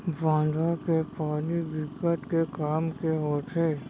बांधा के पानी बिकट के काम के होथे